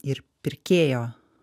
ir pirkėjo